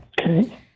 Okay